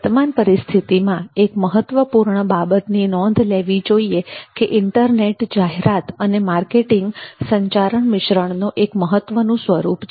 વર્તમાન પરિસ્થિતિમાં એક મહત્વપૂર્ણ બાબતની નોંધ લેવી જોઈએ કે ઇન્ટરનેટ જાહેરાત અને માર્કેટિંગ સંચાર મિશ્રણનો એક મહત્વનું સ્વરૂપ છે